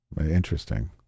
Interesting